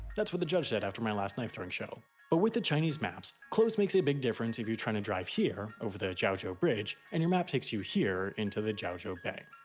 that's what the judge said after my last knife throwing show, but with the chinese maps, close makes a big difference if you're trying to drive here, over the jiaozhou bridge, and your map takes you here, into the jiaozhou bay.